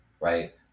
right